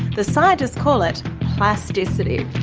the scientists call it plasticity.